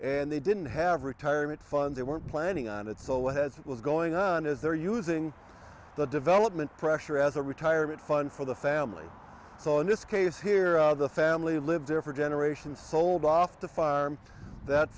and they didn't have retirement funds they weren't planning on it so what was going on is they're using the development pressure as a retirement fund for the family so in this case here the family lived there for generations sold off the farm that